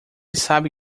sabe